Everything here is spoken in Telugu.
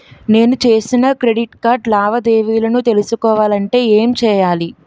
నేను చేసిన క్రెడిట్ కార్డ్ లావాదేవీలను తెలుసుకోవాలంటే ఏం చేయాలి?